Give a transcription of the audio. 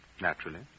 Naturally